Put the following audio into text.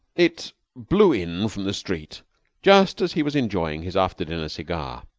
it blew in from the street just as he was enjoying his after-dinner cigar.